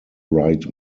right